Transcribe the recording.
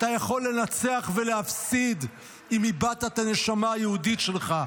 אתה יכול לנצח ולהפסיד אם איבדת את הנשמה היהודית שלך.